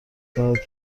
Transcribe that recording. دهد